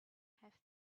have